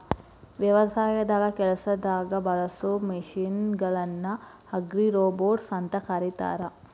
ವ್ಯವಸಾಯದ ಕೆಲಸದಾಗ ಬಳಸೋ ಮಷೇನ್ ಗಳನ್ನ ಅಗ್ರಿರೋಬೊಟ್ಸ್ ಅಂತ ಕರೇತಾರ